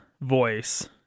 voice